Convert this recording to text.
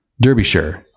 Derbyshire